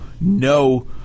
no